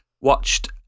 watched –